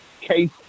Case